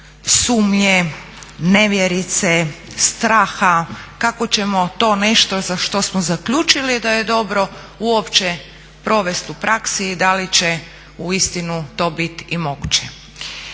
sumnje, nevjerice, straha, kako ćemo to nešto za što smo zaključili da je dobro uopće provest u praksi i da li će uistinu to bit i moguće.